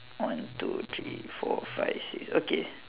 one two three four five six okay